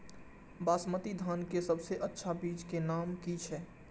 बासमती धान के सबसे अच्छा बीज के नाम की छे?